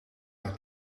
haar